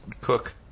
Cook